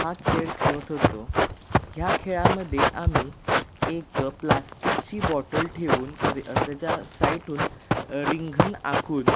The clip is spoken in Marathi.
हा खेळ खेळत होतो ह्या खेळामध्ये आम्ही एक प्लास्टिकची बॉटल ठेवून त्याच्या साईटहून रिंगण आखून